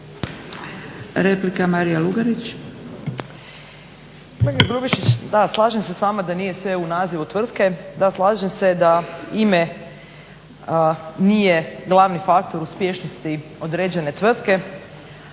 Replika Marija Lugarić.